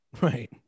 right